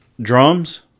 drums